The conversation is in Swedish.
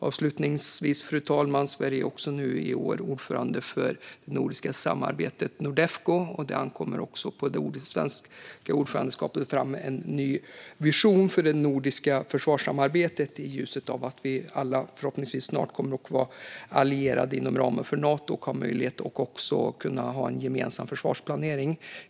Avslutningsvis, fru talman, är Sverige i år ordförande för det nordiska samarbetet Nordefco, och det ankommer på det svenska ordförandeskapet att ta fram en ny vision för det nordiska försvarssamarbetet, i ljuset av att vi alla förhoppningsvis snart kommer att vara allierade inom ramen för Nato och då får möjlighet att ha en gemensam försvarsplanering.